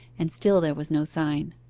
and still there was no sign.